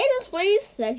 please